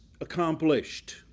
accomplished